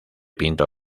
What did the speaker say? pinto